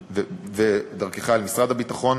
ודרכך אל משרד הביטחון,